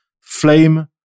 flame